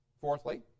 Fourthly